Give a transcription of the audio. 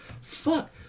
Fuck